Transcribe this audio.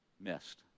missed